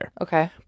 Okay